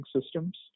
systems